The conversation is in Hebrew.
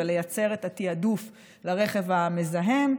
ולייצר את התיעדוף לרכב המזהם.